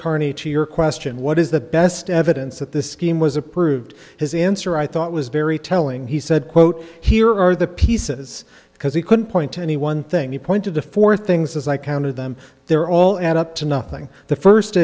carney to your question what is the best evidence that this scheme was approved his answer i thought was very telling he said quote here are the pieces because he couldn't point to any one thing he pointed to four things as i counted them they're all add up to nothing the first